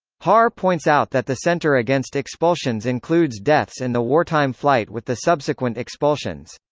haar points out that the centre against expulsions includes deaths in the wartime flight with the subsequent expulsions.